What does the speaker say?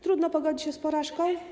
Trudno pogodzić się z porażką.